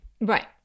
Right